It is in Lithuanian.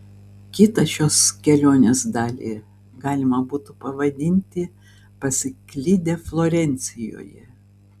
kitą šios kelionės dalį galima būtų pavadinti pasiklydę florencijoje